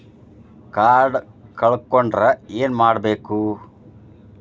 Card ಕಳ್ಕೊಂಡ್ರ ಏನ್ ಮಾಡಬೇಕು?